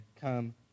come